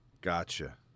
Gotcha